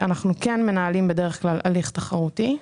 אנחנו בדרך כלל מנהלים הליך תחרותי.